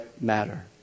matter